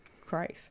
christ